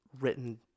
written